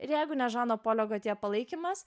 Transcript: ir jeigu ne žano polio gotje palaikymas